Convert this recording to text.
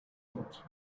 not